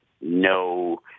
no